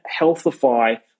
healthify